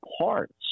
parts